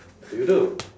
do you do